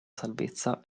salvezza